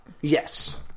Yes